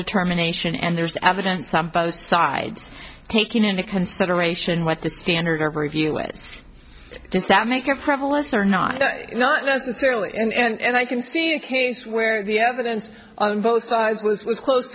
determination and there's evidence on both sides taking into consideration what the standard of review is does that make your prevalence or not not necessarily and i can see a case where the evidence on both sides was was close